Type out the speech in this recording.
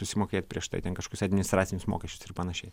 susimokėt prieš tai ten kažkokius administracinius mokesčius ir panašiai